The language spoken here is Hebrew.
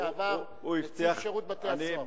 לשעבר נציב שירות בתי-הסוהר.